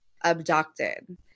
abducted